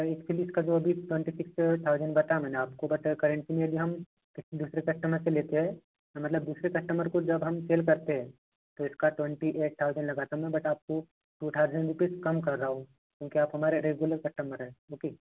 इसके लिए इसका जो अभी ट्वेंटी सिक्स थाऊजंड बताया मैंने आपको बट करेंट्ली हम किसी दूसरे कस्टमर से लेते हैं मतलब दूसरे कस्टमर को जब हम सेल करते हैं तो इसका ट्वेंटी एट थाऊजंड लगाते तो मैं बट आपको टू थाऊजंड रुपीज़ कम कर रहा हूँ क्योंकि आप हमारे रेगुलर कस्टमर है ओके